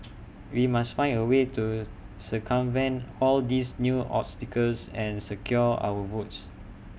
we must find A way to circumvent all these new obstacles and secure our votes